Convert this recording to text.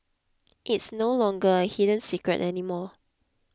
it's no longer a hidden secret anymore